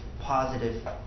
positive